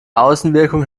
außenwirkung